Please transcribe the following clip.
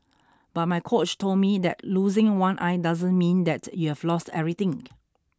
but my coach told me that losing one eye doesn't mean that you have lost everything